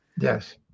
Yes